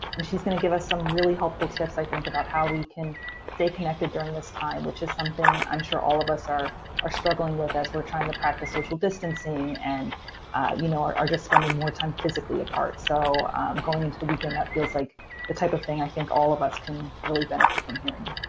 and she's going to give us some really helpful tips, i think, about how we can stay connected during this time, which is something i'm sure all of us are are struggling with as we're trying to practice social distancing and you know are are just spending more time physically apart. so going into the weekend, that feels like the type of thing i think all of us can really benefit from hearing.